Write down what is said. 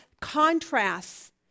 contrasts